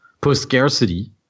post-scarcity